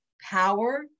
power